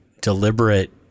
deliberate